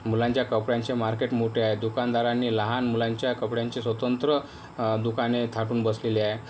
मुलांच्या कपड्यांचे मार्केट मोठे आहे दुकानदारांनी लहान मुलांच्या कपड्यांचे स्वतंत्र दुकाने थाटून बसलेले आहे